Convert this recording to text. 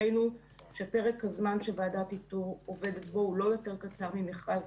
ראינו שפרק הזמן שוועדת איתור עובדת בו הוא לא יותר קצר ממכרז.